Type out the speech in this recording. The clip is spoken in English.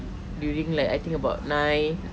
during like I think about nine